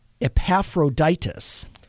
Epaphroditus